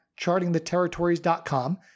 chartingtheterritories.com